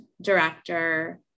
director